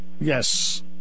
Yes